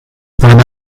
meine